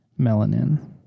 melanin